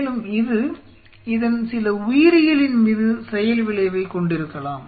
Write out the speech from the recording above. மேலும் இது இதன் சில உயிரியலின் மீது செயல் விளைவைக் கொண்டிருக்கலாம்